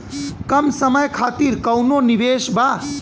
कम समय खातिर कौनो निवेश बा?